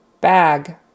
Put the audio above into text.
bag